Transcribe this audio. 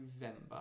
November